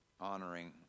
honoring